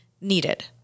needed